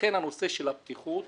לכן הנושא של הבטיחות